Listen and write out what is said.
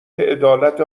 عدالت